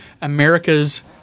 America's